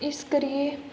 इस करियै